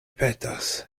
petas